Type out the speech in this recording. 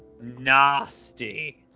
Nasty